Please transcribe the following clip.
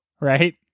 right